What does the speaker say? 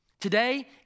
Today